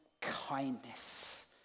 kindness